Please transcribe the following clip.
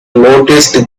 noticed